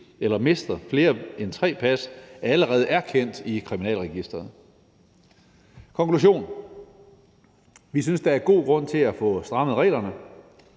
eller mister flere end tre pas, allerede er kendt i Kriminalregisteret. Konklusion: Vi synes for det første, der er god grund til at få strammet reglerne;